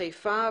חיפה.